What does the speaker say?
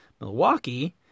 Milwaukee